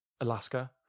Alaska